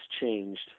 changed